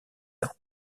ans